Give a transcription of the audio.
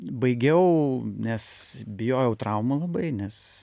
baigiau nes bijojau traumų labai nes